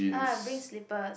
ah bring slippers